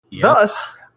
Thus